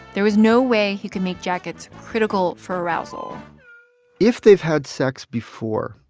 there was no way he could make jackets critical for arousal if they've had sex before,